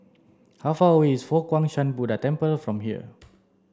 how far away is Fo Guang Shan Buddha Temple from here